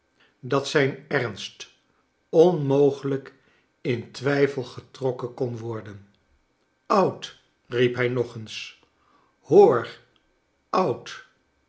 dat zijn ernst onmogelijk in twijfel getrokken kon worden oud riep hij nog eens hoor hoor oud